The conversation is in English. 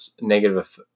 negative